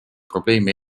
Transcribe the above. probleemi